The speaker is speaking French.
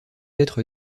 être